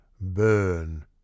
burn